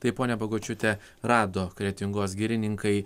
tai ponia bagočiūte rado kretingos girininkai